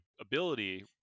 ability